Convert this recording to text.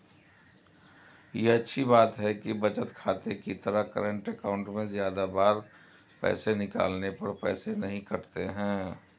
ये अच्छी बात है कि बचत खाते की तरह करंट अकाउंट में ज्यादा बार पैसे निकालने पर पैसे नही कटते है